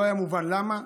לא היה מובן למה,